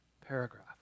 paragraph